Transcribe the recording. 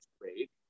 great